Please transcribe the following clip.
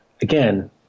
again